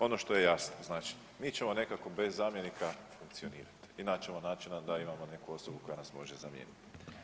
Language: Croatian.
Ono što je jasno, znači mi ćemo nekako bez zamjenika funkcionirati i naći ćemo načina da imamo neku osobu koja nas može zamijeniti.